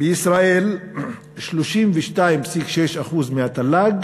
בישראל 32.6% מהתל"ג